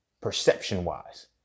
Perception-wise